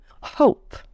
hope